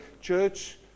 church